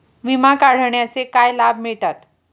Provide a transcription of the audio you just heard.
विमा काढण्याचे काय लाभ मिळतात?